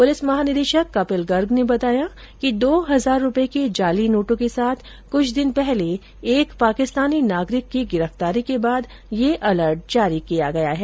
police महानिदेशक कपिल गर्ग ने बताया कि दो हजार के जाली नोटो के साथ कृछ दिन पहले एक पाकिस्तानी नागरिक की गिरफ्तारी के बाद यह अलर्ट जारी किया है